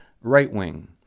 right-wing